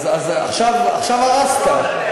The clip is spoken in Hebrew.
אז עכשיו, עכשיו הרסת.